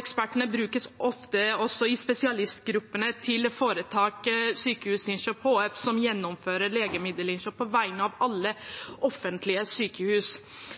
Ekspertene brukes også ofte i spesialistgruppene til foretaket Sykehusinnkjøp HF, som gjennomfører legemiddelinnkjøp på vegne av alle offentlige sykehus.